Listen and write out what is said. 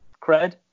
cred